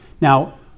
Now